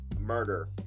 murder